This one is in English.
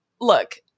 look